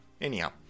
Anyhow